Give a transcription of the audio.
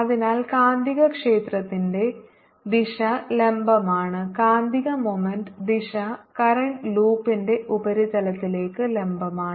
അതിനാൽ കാന്തികക്ഷേത്രത്തിന്റെ ദിശ ലംബമാണ് കാന്തിക മൊമെൻറ് ദിശ കറന്റ് ലൂപ്പിന്റെ ഉപരിതലത്തിലേക്ക് ലംബമാണ്